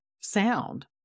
sound